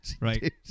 Right